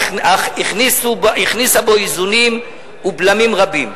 אך הכניסה בו איזונים ובלמים רבים.